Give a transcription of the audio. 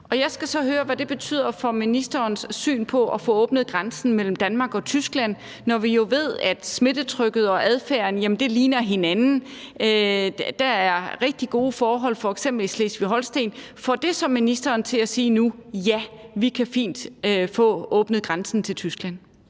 jeg skal så høre, hvad det betyder for ministerens syn på at få åbnet grænsen mellem Danmark og Tyskland, når vi jo ved, at smittetrykket og adfærden ligner hinanden. Der er rigtig gode forhold f.eks. i Slesvig-Holsten. Får det så ministeren til nu at sige: Ja, vi kan fint få åbnet grænsen til Tyskland?